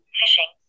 fishing